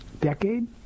decade